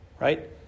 Right